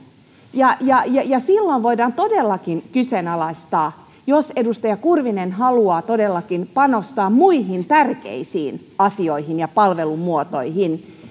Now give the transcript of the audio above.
ja ja silloin voidaan todellakin kyseenalaistaa jos edustaja kurvinen haluaa todellakin panostaa muihin tärkeisiin asioihin ja palvelumuotoihin